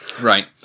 Right